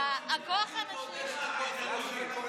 אתה רוצה עכשיו לדבר על זה?